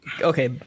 Okay